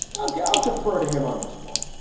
i'll go. i'll defer to him on this one.